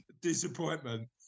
Disappointment